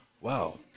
wow